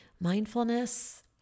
Mindfulness